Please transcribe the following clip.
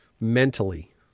mentally